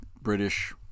British